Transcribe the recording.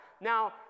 Now